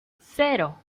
cero